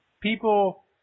people